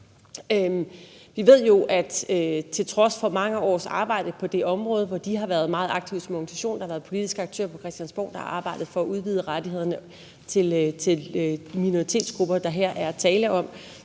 Vi ved jo, at til trods for mange års arbejde på det område, hvor de har været meget aktive som organisation og der har været politiske aktører på Christiansborg, der har arbejdet for at udvide rettighederne for minoritetsgrupperne, der her er tale om,